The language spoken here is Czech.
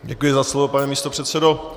Děkuji za slovo, pane místopředsedo.